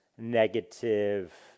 negative